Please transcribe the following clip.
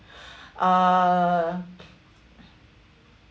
uh